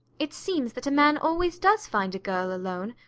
it seems that a man always does find a girl alone.